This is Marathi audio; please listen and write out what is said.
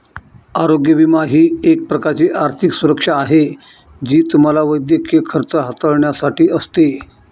आरोग्य विमा ही एक प्रकारची आर्थिक सुरक्षा आहे जी तुम्हाला वैद्यकीय खर्च हाताळण्यासाठी असते